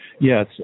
Yes